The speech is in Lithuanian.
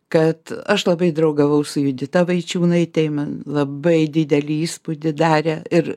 kad aš labai draugavau su judita vaičiūnaite ji man labai didelį įspūdį darė ir